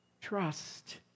trust